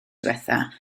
ddiwethaf